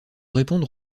répondre